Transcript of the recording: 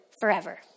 forever